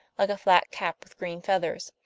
like a flat cap with green feathers.